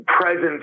presence